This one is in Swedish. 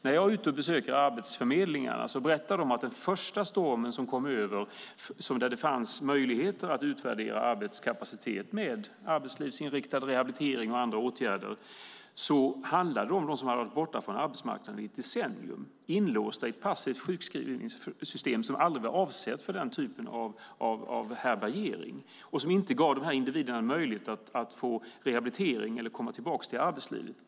När jag besöker arbetsförmedlingarna berättar de att när den första stormen hade lagt sig och det fanns möjlighet att utvärdera arbetskapacitet med arbetslivsinriktad rehabilitering och andra åtgärder handlade det om sådana som hade varit borta från arbetsmarknaden i ett decennium, inlåsta i ett passivt sjukskrivningssystem som aldrig var avsett för den typen av härbärgering. Det gav inte dessa individer möjlighet till rehabilitering eller att komma tillbaka till arbetslivet.